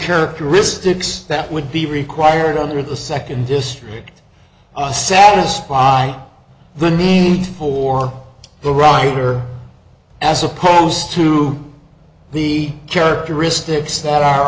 characteristics that would be required under the second district satisfy the need for the writer as opposed to the characteristics that are